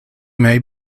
may